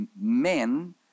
men